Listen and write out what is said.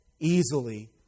easily